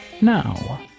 Now